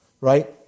Right